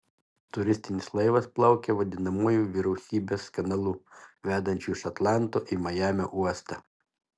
turistinis laivas plaukė vadinamuoju vyriausybės kanalu vedančiu iš atlanto į majamio uostą